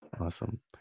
Awesome